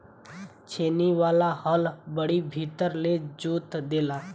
छेनी वाला हल बड़ी भीतर ले जोत देला